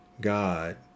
god